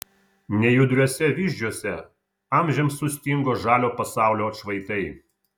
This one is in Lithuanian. nejudriuose vyzdžiuose amžiams sustingo žalio pasaulio atšvaitai